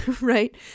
right